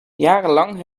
jarenlang